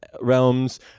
realms